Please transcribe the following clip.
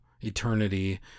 eternity